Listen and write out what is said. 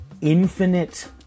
infinite